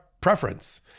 preference